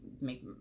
make